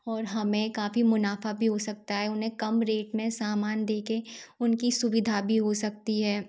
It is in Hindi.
और हमें काफ़ी मुनाफ़ा भी हो सकता है उन्हें कम रेट में सामान दे के उनकी सुविधा भी हो सकती है